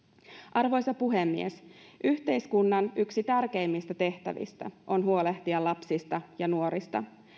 arvoisa puhemies yksi yhteiskunnan tärkeimmistä tehtävistä on huolehtia lapsista ja nuorista